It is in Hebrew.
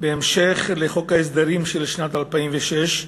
בהמשך לחוק ההסדרים של שנת 2006,